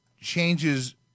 changes